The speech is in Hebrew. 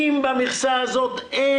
האם אנחנו רוצים להכניס את המילים: לא